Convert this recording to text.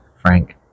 frank